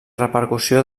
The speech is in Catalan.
repercussió